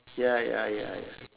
ya ya ya ya